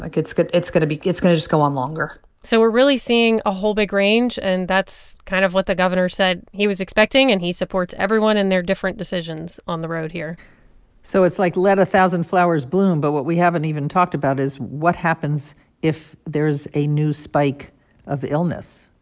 like, it's going to be it's going to just go on longer so we're really seeing a whole big range, and that's kind of what the governor said he was expecting. and he supports everyone in their different decisions on the road here so it's like, let a thousand flowers bloom. but what we haven't even talked about is, what happens if there's a new spike of illness?